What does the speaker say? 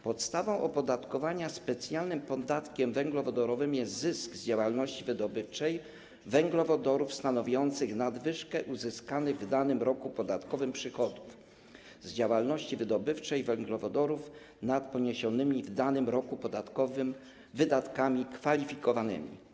Podstawą opodatkowania specjalnym podatkiem węglowodorowym jest zysk z działalności wydobywczej węglowodorów stanowiących nadwyżkę uzyskanych w danym roku podatkowym przychodów z działalności wydobywczej węglowodorów nad poniesionymi w danym roku podatkowym wydatkami kwalifikowanymi.